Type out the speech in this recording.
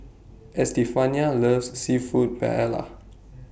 Estefania loves Seafood Paella